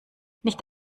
nicht